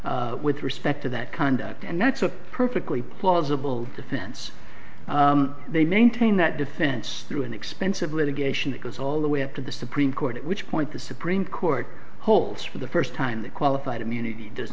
immunity with respect to that conduct and that's a perfectly plausible defense they maintain that defense through an expensive litigation that goes all the way up to the supreme court at which point the supreme court holds for the first time that qualified immunity does